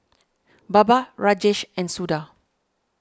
Baba Rajesh and Suda